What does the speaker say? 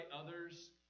others